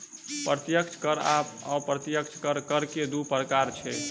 प्रत्यक्ष कर आ अप्रत्यक्ष कर, कर के दू प्रकार छै